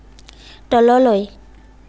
তললৈ